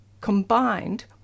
combined